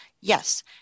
Yes